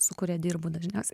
su kuria dirbu dažniausiai